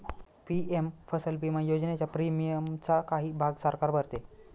PM फसल विमा योजनेच्या प्रीमियमचा काही भाग सरकार भरते